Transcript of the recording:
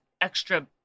extra